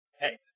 Hey